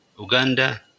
Uganda